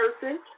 person